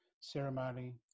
ceremony